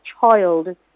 child